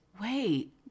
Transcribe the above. Wait